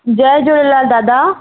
जय झूलेलाल दादा